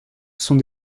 sont